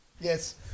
Yes